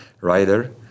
rider